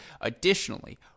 Additionally